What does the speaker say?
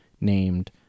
named